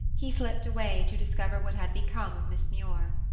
he slipped away to discover what had become of miss muir.